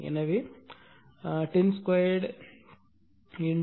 எனவே 10 2 0